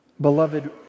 Beloved